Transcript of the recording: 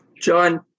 John